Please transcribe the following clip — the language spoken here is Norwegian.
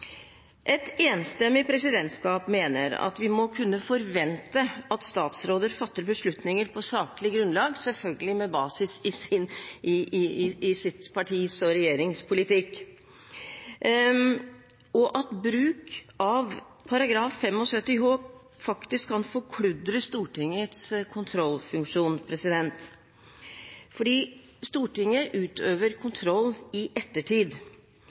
Et enstemmig presidentskap mener at vi må kunne forvente at statsråder fatter beslutninger på saklig grunnlag – selvfølgelig med basis i sitt partis og sin regjerings politikk – og at bruk av § 75 h faktisk kan forkludre Stortingets kontrollfunksjon. Stortinget utøver kontroll i ettertid.